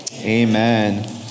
Amen